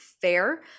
fair